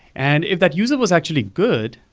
and if that user was actually good,